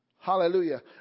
Hallelujah